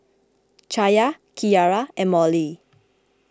Chaya Kiara and Mollie